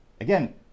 again